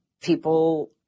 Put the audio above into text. people